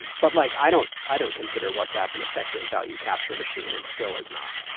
and but like i don't i don't consider whatsapp an effective value capture machine and still is not.